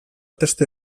testu